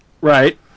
Right